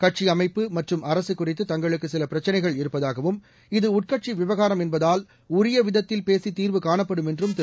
கட்சி அமைப்பு மற்றும் அரசு குறித்து தங்களுக்கு சில பிரச்சினைகள் இருப்பதாகவும் இது உட்கட்சி விவகாரம் என்பதால் உரிய விதத்தில் பேசி தீர்வு காணப்படும் என்றும் திரு